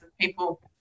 people